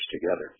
together